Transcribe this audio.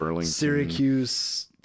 Syracuse